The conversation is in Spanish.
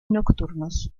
nocturnos